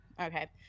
Okay